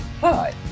Hi